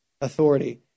authority